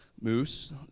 Moose